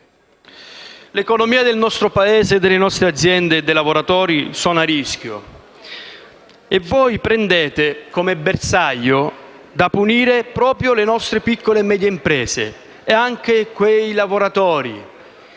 L'economia del nostro Paese e delle nostre aziende e i lavoratori sono a rischio e voi prendete come bersaglio da punire proprio le nostre piccole e medie imprese e anche quei lavoratori